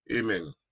Amen